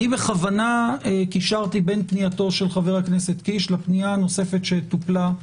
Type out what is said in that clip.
אני בכוונה קישרתי בין הפנייה של חבר הכנסת קיש לפנייה הנוספת שטופלה,